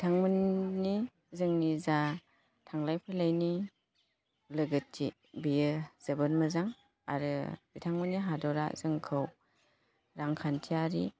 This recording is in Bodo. बिथांमोननि जोंनि जा थांलाय फैलायनि लोगोथि बेयो जोबोर मोजां आरो बिथांमोननि हादरा जोंखौ रांखान्थियारि